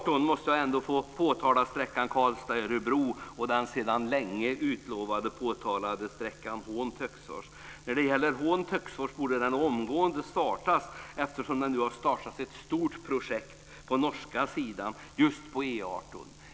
Jag måste få påtala sträckan Karlstad-Örebro på E Töcksfors. Den borde startas omgående eftersom det har startats ett stort projekt på E 18 på den norska sidan.